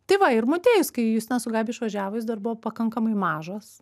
tai va ir motiejus kai justina su gabija išvažiavo jis dar buvo pakankamai mažas